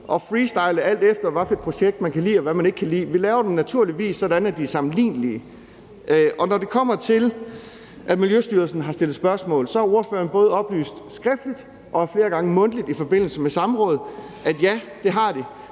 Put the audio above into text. og freestyle, alt efter hvad for et projekt man kan lide og ikke kan lide. Vi laver dem naturligvis sådan, at de er sammenlignelige. Når det kommer til, at Miljøstyrelsen har stillet spørgsmål, så er ordføreren både oplyst skriftligt og flere gange mundtligt i forbindelse med samråd, at ja, det har de,